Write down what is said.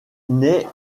naît